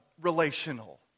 relational